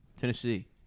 Tennessee